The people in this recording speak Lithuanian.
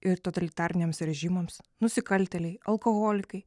ir totalitariniams režimams nusikaltėliai alkoholikai